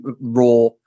raw